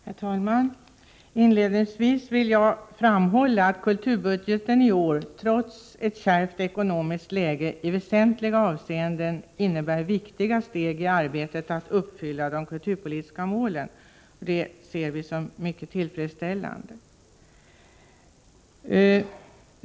Herr talman! Inledningsvis vill jag framhålla att kulturbudgeten i år, trots ett kärvt ekonomiskt läge, i väsentliga avseenden innebär viktiga steg i arbetet med att uppfylla de kulturpolitiska målen. Det ser vi som mycket tillfredsställande.